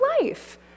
life